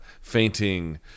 fainting